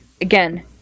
again